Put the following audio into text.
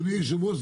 אדוני היושב-ראש,